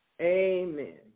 Amen